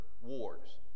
wars